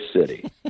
city